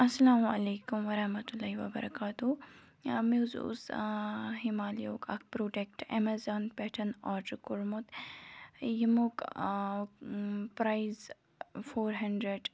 اَسَلامُ علیکُم وَرحمتہ اللہِ وَبَرَکاتہوٗ مےٚ حظ اوس ہمالیہ یُک اَکھ پرٛوڈَکٹ اٮ۪مَزان پٮ۪ٹھ آرڈر کوٚرمُت ییٚمیُک پرٛایِز فور ہینٛڈرَنٛڈ